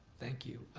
thank you.